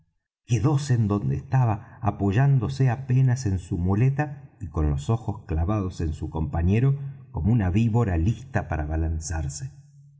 pestañeado quedóse en donde estaba apoyándose apenas en su muleta y con los ojos clavados en su compañero como una víbora lista para abalanzarse